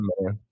man